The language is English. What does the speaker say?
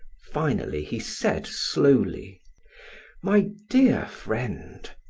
finally he said slowly my dear friend,